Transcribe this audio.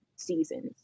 Seasons